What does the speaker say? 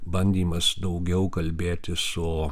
bandymas daugiau kalbėti su